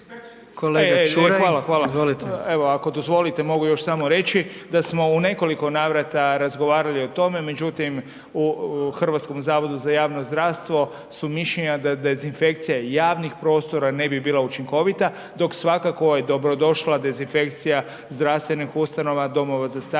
Kolega Čuraj, izvolite.